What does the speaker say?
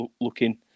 looking